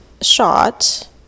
shot